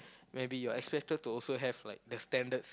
maybe you are expected to also have like the standards